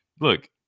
Look